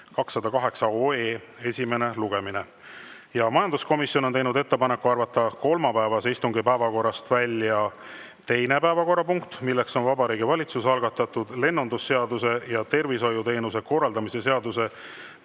208 esimene lugemine. Majanduskomisjon on teinud ettepaneku arvata kolmapäevase istungi päevakorrast välja teine päevakorrapunkt, mis on Vabariigi Valitsuse algatatud lennundusseaduse ja tervishoiuteenuste korraldamise seaduse